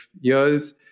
years